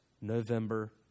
November